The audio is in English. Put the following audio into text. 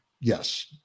yes